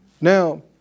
Now